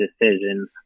decision